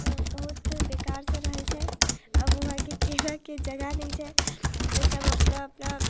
बहुत बेकारसँ रहै छै आब वहाँ हइ कि खेलऽके जगहसब नहि छै अपना अपना